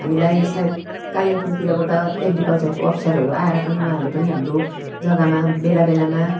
हामीलाई सायद कालिम्पोङतिरबाट एग्रिकल्चरको अफिसरहरू आएर पनि उहाँहरूले पनि हाम्रो जगामा बेला बेलामा